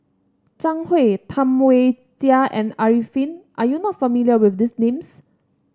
Zhang Hui Tam Wai Jia and Arifin are you not familiar with these names